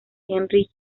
henry